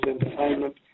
entertainment